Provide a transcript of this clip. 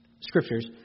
scriptures